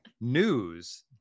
news